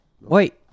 Wait